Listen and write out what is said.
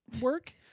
work